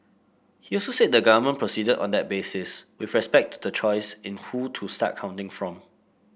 he also said the government proceeded on that basis with respect to the choice in who to start counting from